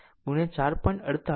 7 into 4